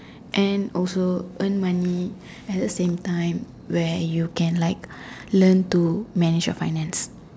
and also earn money at the same time where you can learn to manage your finance